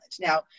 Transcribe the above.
Now